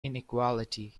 inequality